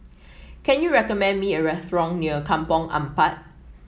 can you recommend me a restaurant near Kampong Ampat